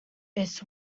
its